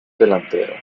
delantero